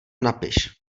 napiš